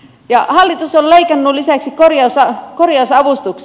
hallitus on leikannut lisäksi korjausavustuksia